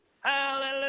Hallelujah